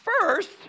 First